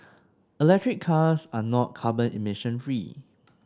electric cars are not carbon emissions free